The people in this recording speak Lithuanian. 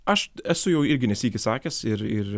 aš esu jau irgi ne sykį sakęs ir ir